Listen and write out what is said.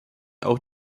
auch